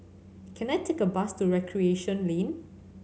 can I take a bus to Recreation Lane